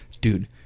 Dude